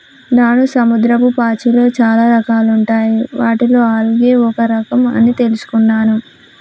నాను సముద్రపు పాచిలో చాలా రకాలుంటాయి వాటిలో ఆల్గే ఒక రఖం అని తెలుసుకున్నాను